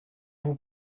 vous